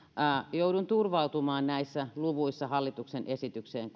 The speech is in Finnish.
joudun turvautumaan näissä luvuissa hallituksen esitykseen